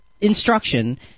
instruction